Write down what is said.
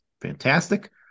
Fantastic